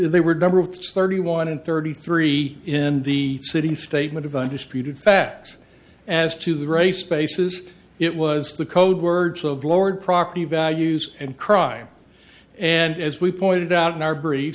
of thirty one and thirty three in the city statement of undisputed facts as to the race spaces it was the codewords of lowered property values and crime and as we pointed out in our brief